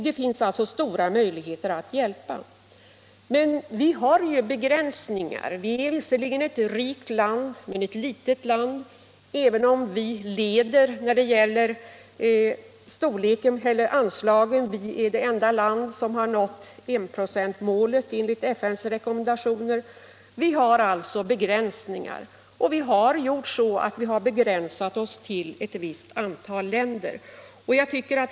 Det finns alltså stora möjligheter att hjälpa. Men vi arbetar ju under begränsningar. Sverige är visserligen ett rikt men också ett litet land. Vi leder när det gäller anslagens relativa storlek och är det enda land som har nått enprocentsmålet enligt FN:s rekommendationer. Men vi har alltså begränsade resurser, och vi har inriktat oss på ett visst antal länder.